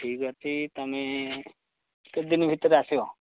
ଠିକ୍ ଅଛି ତମେ କେତେଦିନି ଭିତରେ ଆସିବ